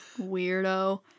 Weirdo